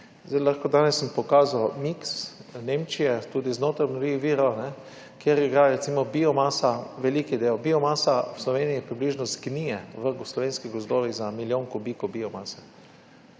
virov. Danes sem pokazal miks Nemčije tudi znotraj obnovljivih virov, kjer igra recimo biomasa, veliki del. Biomasa v Sloveniji približno zgnije v slovenskih gozdovih za milijon kubikov biomase.